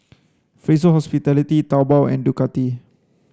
Fraser Hospitality Taobao and Ducati